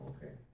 Okay